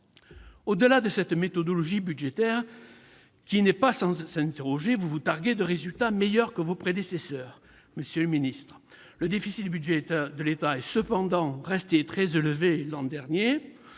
Au-delà de cette méthodologie budgétaire, qui n'est pas sans interroger, vous vous targuez de résultats meilleurs que ceux de vos prédécesseurs, monsieur le ministre. Le déficit du budget de l'État est cependant resté très élevé l'an dernier.